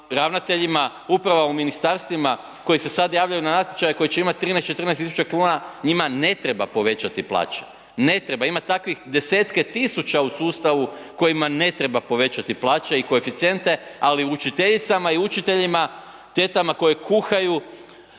ravnateljima uprava u ministarstvima koji se sada javljaju na natječaje koji će imati 13, 14 tisuća kuna njima ne treba povećati plaće, ne treba. Ima takvih desetke tisuća u sustavu kojima ne treba povećati plaće i koeficijente ali učiteljicama i učiteljima, tetama koje kuhaju,